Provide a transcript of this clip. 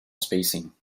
spacing